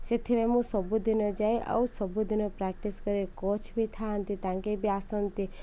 ସେଥିପାଇଁ ମୁଁ ସବୁଦିନ ଯାଏ ଆଉ ସବୁଦିନ ପ୍ରାକ୍ଟିସ୍ କରି କୋଚ ବି ଥାଆନ୍ତି ତାଙ୍କେ ବି ଆସନ୍ତି